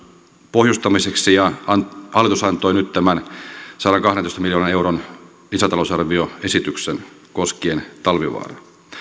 pohjustamiseksi ja hallitus antoi nyt tämän sadankahdentoista miljoonan euron lisätalousarvioesityksen koskien talvivaaraa